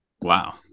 Wow